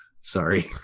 Sorry